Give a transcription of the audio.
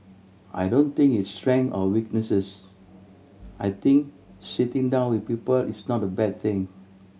I don't think it's strength or weakness I think sitting down with people is not a bad thing